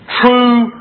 true